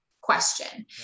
question